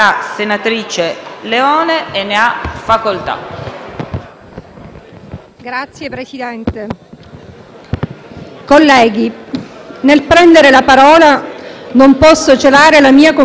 Signor Presidente, colleghi, nel prendere la parola non posso celare la mia commozione, oltre che il senso di frustrazione,